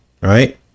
right